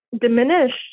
diminished